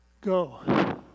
go